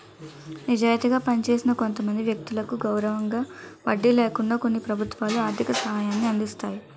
నిజాయితీగా పనిచేసిన కొంతమంది వ్యక్తులకు గౌరవంగా వడ్డీ లేకుండా కొన్ని ప్రభుత్వాలు ఆర్థిక సహాయాన్ని అందిస్తాయి